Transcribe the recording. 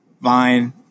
Vine